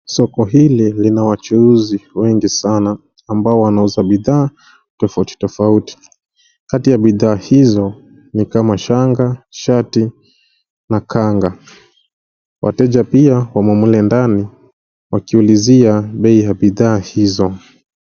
Soko hili lina wachuuzi wengi sana ambao wanauza bidhaa tofauti tofauti. Kati ya bidhaa hizo ni kama shanga, shati na kanga. Wateja pia wamo mle ndani wakiulizia bei ya bidhaa hizo.